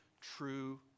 true